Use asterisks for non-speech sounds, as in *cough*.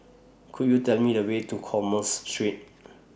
Could YOU Tell Me The Way to Commerce Street *noise*